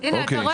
אתה רואה,